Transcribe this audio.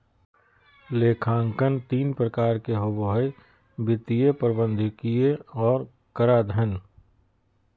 लेखांकन तीन प्रकार के होबो हइ वित्तीय, प्रबंधकीय और कराधान